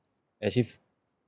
actually